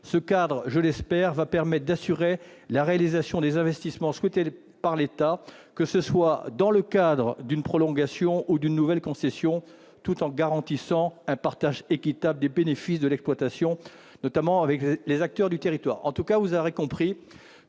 Ce régime permettra d'assurer, je l'espère, la réalisation des investissements souhaités par l'État, que ce soit dans le cadre d'une prolongation ou dans celui d'une nouvelle concession, tout en garantissant un partage équitable des bénéfices de l'exploitation, notamment avec les acteurs du territoire.